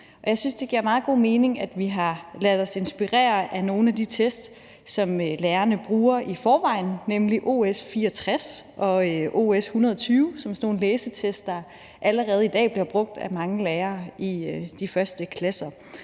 meget god mening, at vi har ladet os inspirere af nogle af de test, som lærerne bruger i forvejen, nemlig OS64 og OS120, som er sådan nogle læsetest, der allerede i dag bliver brugt af mange lærere i 1. klasse.